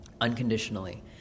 unconditionally